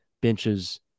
benches